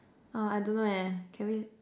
uh I don't know leh can we